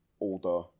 older